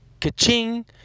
Ka-ching